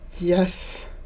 Yes